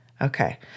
Okay